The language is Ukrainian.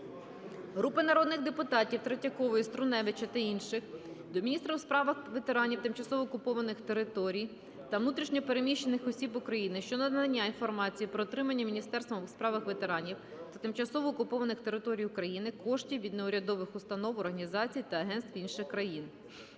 Групи народних депутатів (Третьякової, Струневича та інших) до міністра у справах ветеранів, тимчасово окупованих територій та внутрішньо переміщених осіб України щодо надання інформації про отримані Міністерством у справах ветеранів та тимчасово окупованих територій України коштів від неурядових установ, організацій та агентств інших країн.